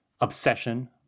obsession—